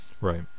Right